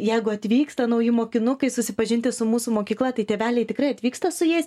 jeigu atvyksta nauji mokinukai susipažinti su mūsų mokykla tai tėveliai tikrai atvyksta su jais